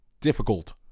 difficult